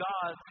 God